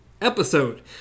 episode